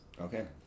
Okay